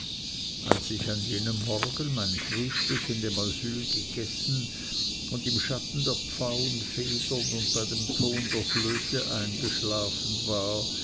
als ich an jenem morgen mein frühstück in dem asyl gegessen und im schatten der pfauenfedern und bei dem ton der flöte eingeschlafen war